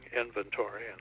inventory